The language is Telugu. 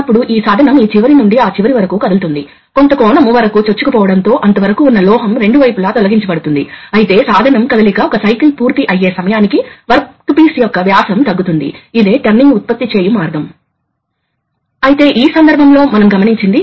మనము త్రి వే వాల్వ్ వద్దకు వచ్చాము ప్రాథమికంగా రెండు పోర్టులు ఉన్నాయి ఒకటి సప్లై మరొకటి ఎగ్జాస్ట్ మరియు ఇది స్ప్రింగ్ లోడ్ ఉంది